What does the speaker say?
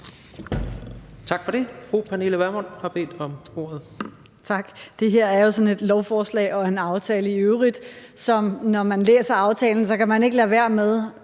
Tak for det.